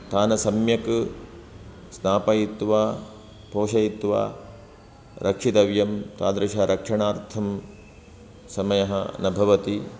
तान् सम्यक् स्थापयित्वा पोषयित्वा रक्षितव्यं तादृशरक्षणार्थं समयः न भवति